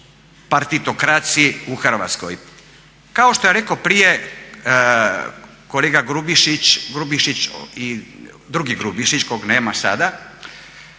partitokraciji u Hrvatskoj. Kao što je rekao prije kolega Grubišić, drugi Grubišić kog nema sada,